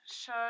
show